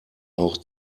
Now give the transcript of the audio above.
auch